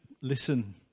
listen